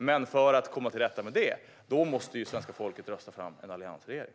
Men för att komma till rätta med det måste svenska folket rösta fram en alliansregering.